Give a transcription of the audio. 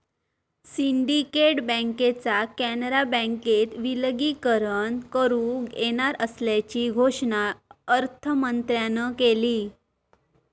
syndicate बँकेचा कॅनरा बँकेत विलीनीकरण करुक येणार असल्याची घोषणा अर्थमंत्र्यांन केली